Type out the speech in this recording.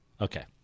Okay